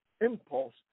impulse